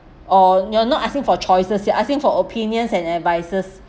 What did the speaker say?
or you're not asking for choices you're asking for opinions and advice